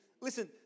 Listen